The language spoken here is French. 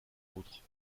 autres